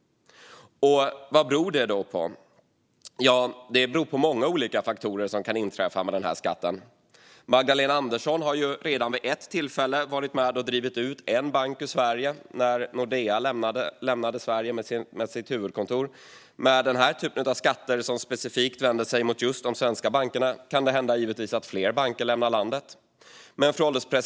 Detta beror på många olika faktorer. Magdalena Andersson har redan vid ett tillfälle varit med och drivit ut en bank ur Sverige, Nordea som lämnade Sverige med sitt huvudkontor. Med den här typen av skatter som specifikt vänder sig mot just de svenska bankerna kan det givetvis hända att fler banker lämnar landet.